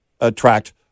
attract